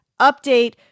update